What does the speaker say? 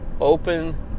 open